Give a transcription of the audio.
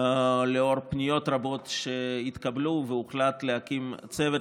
ולאור פניות רבות שהתקבלו, הוחלט להקים צוות,